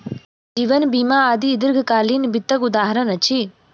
जीवन बीमा आदि दीर्घकालीन वित्तक उदहारण अछि